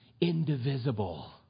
indivisible